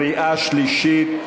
נתקבל.